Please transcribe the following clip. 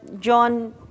John